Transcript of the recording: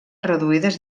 reduïdes